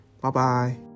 Bye-bye